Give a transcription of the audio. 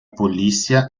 polícia